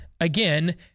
Again